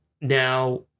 Now